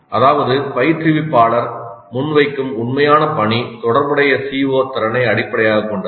அதாவது பயிற்றுவிப்பாளர் முன்வைக்கும் உண்மையான பணி தொடர்புடைய CO திறனை அடிப்படையாகக் கொண்டது